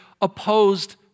opposed